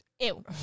Ew